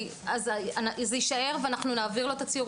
אז זה יישאר ואנחנו נעביר לו את הציור